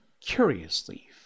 curiously